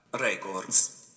Records